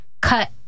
cut